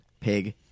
Pig